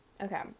okay